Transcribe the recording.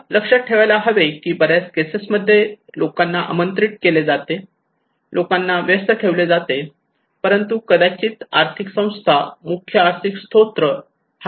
आपण लक्षात ठेवायला हवे की बऱ्याच केसेस मध्ये लोकांना आमंत्रित केले जाते लोकांना व्यस्त ठेवले जाते परंतु कदाचित आर्थिक संस्था मुख्य आर्थिक स्त्रोत हा बाहेरील संस्थांकडून येत असतो